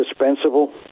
indispensable